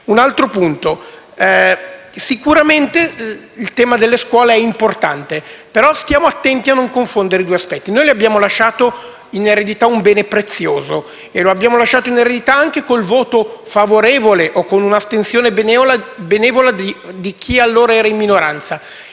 un altro punto. Sicuramente il tema della scuola è importante, però stiamo attenti a non confondere i due aspetti. Noi le abbiamo lasciato in eredità un bene prezioso e lo abbiamo lasciato in eredità anche con il voto favorevole o con un'astensione benevola di chi allora era in minoranza: